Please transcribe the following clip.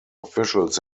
officials